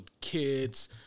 kids